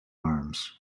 arms